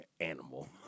animal